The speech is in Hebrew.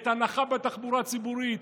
את ההנחה בתחבורה הציבורית,